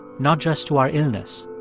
not just to our illness.